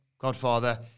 Godfather